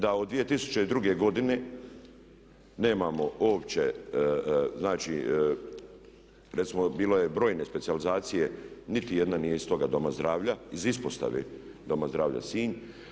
Da od 2002. godine nemamo uopće znači recimo bilo je brojne specijalizacije nitijedna nije iz toga doma zdravlja, iz ispostave Doma zdravlja Sinj.